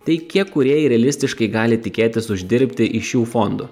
tai kiek kūrėjai realistiškai gali tikėtis uždirbti iš šių fondų